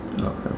Okay